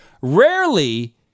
Rarely